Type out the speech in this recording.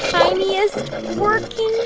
tiniest working